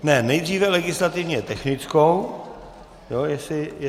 Ne, nejdříve legislativně technickou, jestli tam je.